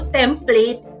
template